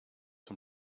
vom